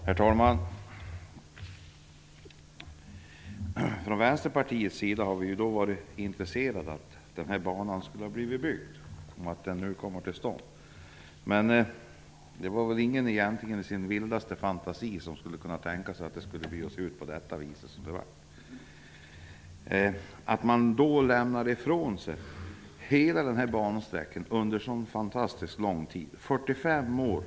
Herr talman! Från Vänsterpartiets sida har vi varit intresserade av att banan skall byggas och att den kommer till stånd. Men det var väl egentligen ingen som i sin vildaste fantasi hade kunnat tänka sig att den skulle bjudas ut på detta sätt. Man lämnar ifrån sig hela bansträckan under så fantastiskt lång tid -- 45 år.